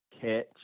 catch